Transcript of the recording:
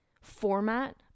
format